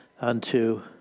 unto